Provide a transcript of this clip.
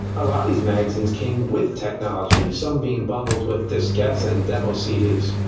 a lot of these magazines came with technology, some being bundled with diskettes and demo cds.